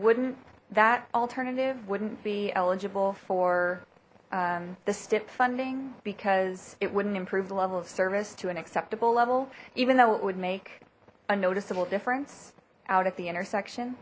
wouldn't that alternative wouldn't be eligible for the stip funding because it wouldn't improve the level of service to an acceptable level even though it would make a noticeable difference out at the intersection